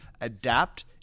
adapt